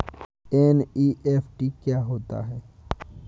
NEFT क्या होता है?